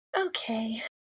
Okay